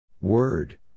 Word